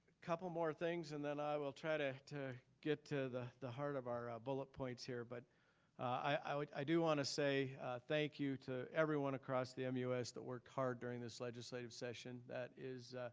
couple more things and then i will try to to get to the the heart of our bullet points here, but i do wanna say thank you to everyone across the um mus that worked hard during this legislative session. that is